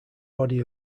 body